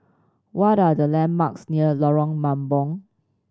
what are the landmarks near Lorong Mambong